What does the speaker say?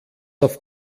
auf